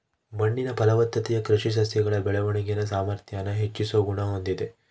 ಮಣ್ಣಿನ ಫಲವತ್ತತೆಯು ಕೃಷಿ ಸಸ್ಯಗಳ ಬೆಳವಣಿಗೆನ ಸಾಮಾರ್ಥ್ಯಾನ ಹೆಚ್ಚಿಸೋ ಗುಣ ಹೊಂದಿದೆ